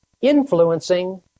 influencing